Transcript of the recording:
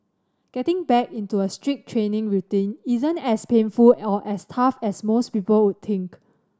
getting back into a strict training routine isn't as painful or as tough as most people would think